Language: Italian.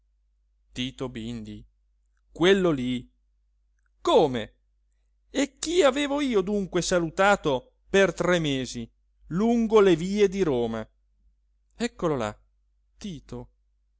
tito bindi quello lí come e chi avevo io dunque salutato per tre mesi lungo le vie di roma eccolo là tito